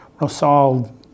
Rosal